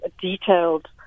detailed